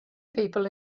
people